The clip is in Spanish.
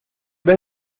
vez